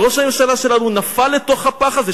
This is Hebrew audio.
וראש הממשלה שלנו נפל לתוך הפח הזה.